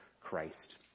Christ